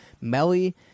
Melly